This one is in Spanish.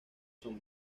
son